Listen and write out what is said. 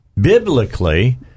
biblically